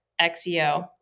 XEO